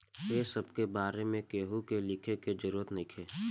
ए सब के बारे में केहू के लिखे के जरूरत नइखे